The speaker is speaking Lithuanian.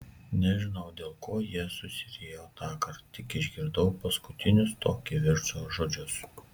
nežinau dėl ko jie susiriejo tąkart tik išgirdau paskutinius to kivirčo žodžius